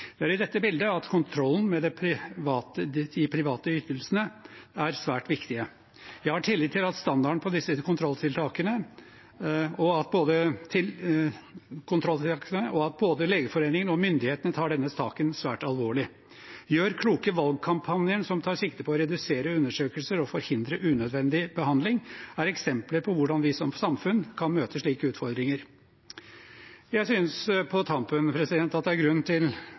Det er i dette bildet kontrollen med de private ytelsene er svært viktig. Jeg har tillit til standarden på disse kontrolltiltakene og at både Legeforeningen og myndighetene tar denne saken svært alvorlig. Gjør kloke valg-kampanjen, som tar sikte på å redusere undersøkelser og forhindre unødvendig behandling, er et eksempel på hvordan vi som samfunn kan møte slike utfordringer. Jeg synes på tampen at det er grunn til